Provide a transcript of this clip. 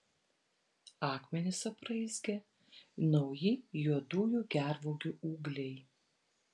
akmenis apraizgė nauji juodųjų gervuogių ūgliai